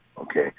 okay